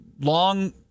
long